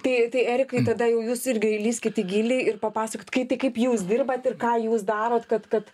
tai tai erikai tada jau jūs irgi lįskit į gilį ir papasakokit kai tai kaip jūs dirbat ir ką jūs darot kad kad